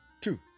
two